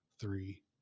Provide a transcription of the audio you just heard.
three